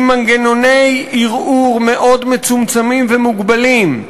עם מנגנוני ערעור מאוד מצומצמים ומוגבלים,